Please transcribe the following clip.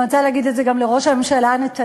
אני רוצה להגיד את זה גם לראש הממשלה נתניהו,